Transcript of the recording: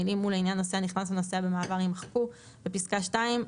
המילים "ולעניין נוסע נכנס או נוסע במעבר" יימחקו; (ג)בפסקה (2),